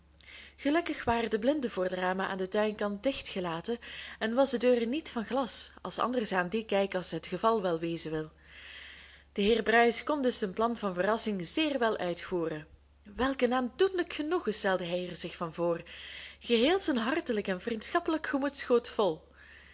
gelukkig waren de blinden voor de ramen aan den tuinkant dicht gelaten en was de deur niet van glas als anders aan die kijkkasten het geval wel wezen wil de heer bruis kon dus zijn plan van verrassing zeer wel uitvoeren welk een aandoenlijk genoegen stelde hij er zich van voor geheel zijn hartelijk en vriendschappelijk gemoed schoot vol